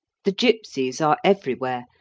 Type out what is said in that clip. the gipsies are everywhere,